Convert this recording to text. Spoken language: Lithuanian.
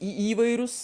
į įvairius